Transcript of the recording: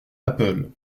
apple